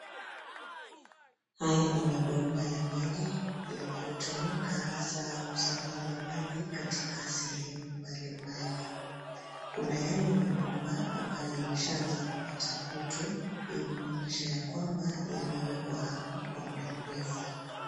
Haya ni mabomba ya maji yanayotumika hasa kusambaza maji katika sehemu mbalimbali. Kuna yale mabomba ambayo yameshaanza kupata kutu, hii ni kuonyesha ya kwamba yamewekwa hapo kwa mda mrefu.